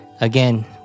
Again